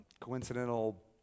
coincidental